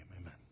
amen